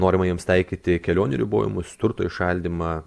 norima jiems taikyti kelionių ribojimus turto įšaldymą